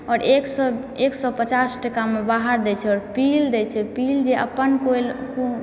आओर एक सए पचास टकामे बाहर दै छै आओर पील दै छै पील जे अपन को